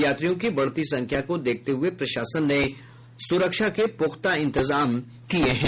यात्रियों की बढ़ती संख्या को देखते हुये प्रशासन ने सुरक्षा पुख्ता इंजतजान किये हैं